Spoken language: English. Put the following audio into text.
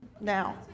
now